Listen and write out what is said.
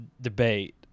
debate